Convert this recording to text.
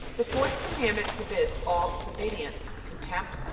the fourth commandment forbids all disobedience, contempt,